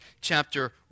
chapter